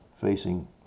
facing